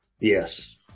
Yes